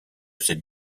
ces